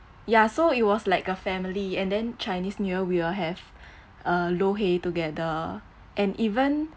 ya so it was like a family and then chinese new year we will have uh lo hei together and even